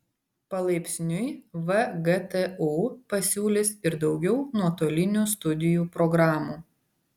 palaipsniui vgtu pasiūlys ir daugiau nuotolinių studijų programų